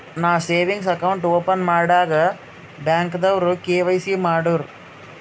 ನಾ savings account open ಮಾಡಾಗ್ ಬ್ಯಾಂಕ್ದವ್ರು ಕೆ.ವೈ.ಸಿ ಮಾಡೂರು